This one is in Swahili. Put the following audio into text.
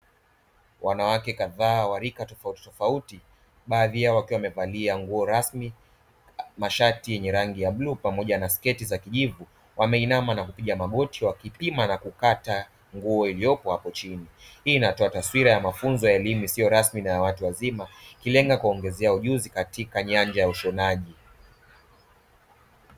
Wanawake kadhaa wa rika tofautitofauti baadhi yao wakiwa wamevalia nguo rasmi mashati yenye rangi ya bluu pamoja na sketi za kijivu, wameinama na kupiga magoti wakipima na kukata nguo iliyopo apo chini. Hii inatoa taswira ya mafunzo ya elimu isiyo rasmi na ya watu wazima ikilenga kuwaongezea ujuzi katika nyanja ya ushonaji.